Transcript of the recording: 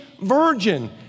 virgin